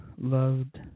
loved